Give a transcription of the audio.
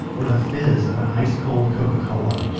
or the fizz of an ice cold coca cola